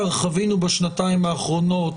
חווינו בשנתיים האחרונות